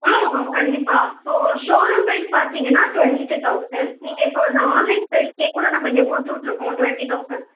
ஆ ஆ கண்டிப்பாக so showroom price பார்த்தீங்கன்னா டொண்ட்டி டூ தௌசண்ட் நீங்கள் இப்போ நான் ஆன்லைன் ப்ரைஸ்க்கே கூட நம்ம இங்கே கொடுத்துக்குட்ருக்கோம் ட்வெண்ட்டி தௌசண்ட்